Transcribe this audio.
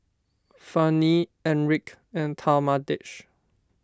Fannye Enrique and Talmadge